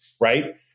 Right